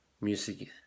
music